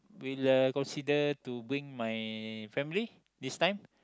will uh consider to bring my family this time